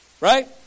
Right